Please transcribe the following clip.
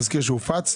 תזכיר שהופץ.